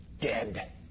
dead